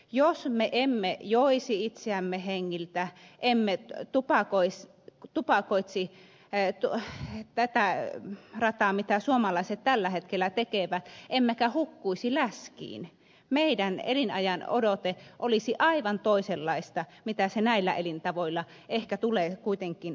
jos me emme joisi itseämme hengiltä emme tupakoisi tätä rataa mitä suomalaiset tällä hetkellä tekevät emmekä hukkuisi läskiin meidän elinajanodotteemme olisi aivan toisenlainen kuin se näillä elintavoilla ehkä tulee kuitenkin olemaan